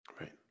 Right